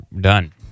Done